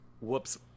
Whoops